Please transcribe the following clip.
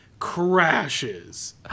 crashes